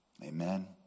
Amen